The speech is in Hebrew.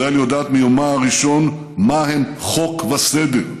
ישראל יודעת מיומה הראשון מה הם חוק וסדר,